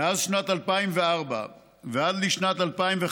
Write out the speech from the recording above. מאז שנת 2004 עד לשנת 2015